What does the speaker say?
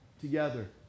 together